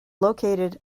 located